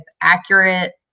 accurate